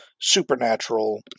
supernatural